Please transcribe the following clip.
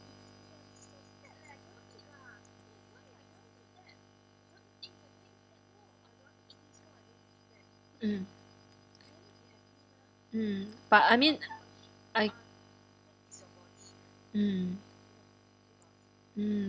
mm mm but I mean I mm mm